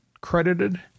credited